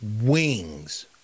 Wings